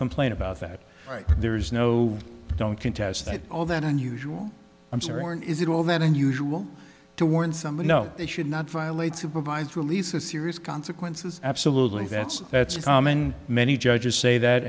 complain about that right there is no i don't contest that all that unusual i'm certain is it all that unusual to warn someone no they should not violate supervised release of serious consequences absolutely that's that's a common many judges say that